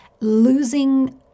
losing